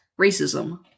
racism